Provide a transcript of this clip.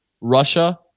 Russia